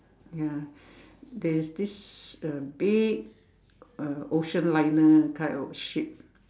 ya there this a big uh ocean liner that kind of ship